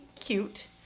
cute